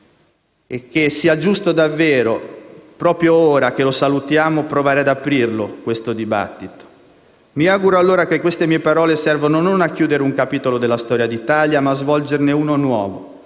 E credo sia giusto, proprio ora che lo salutiamo, provare ad aprire questo dibattito. Mi auguro allora che queste mie parole servano non a chiudere un capitolo della storia d'Italia, ma a svolgerne uno nuovo.